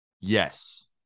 Yes